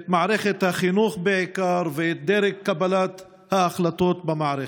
את מערכת החינוך בעיקר ואת דרג קבלת ההחלטות במערכת.